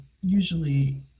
usually